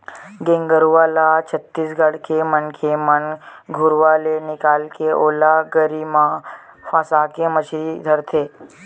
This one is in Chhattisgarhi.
गेंगरूआ ल छत्तीसगढ़ के मनखे मन घुरुवा ले निकाले के ओला गरी म फंसाके मछरी धरथे